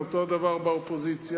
ואותו דבר באופוזיציה,